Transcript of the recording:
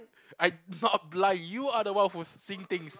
I not blind you are the one who's seeing things